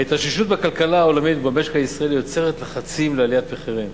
ההתאוששות בכלכלה העולמית ובמשק הישראלי יוצרת לחצים לעליית מחירים.